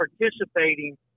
participating